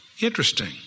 Interesting